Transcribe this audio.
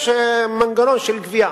יש מנגנון של גבייה.